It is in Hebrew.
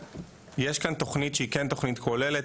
יש כאן תוכנית שהיא כן תכנית כוללת,